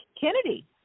Kennedy